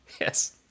Yes